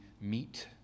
meet